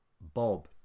Bob